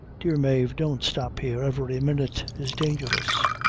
dear mave don't stop here every minute is dangerous.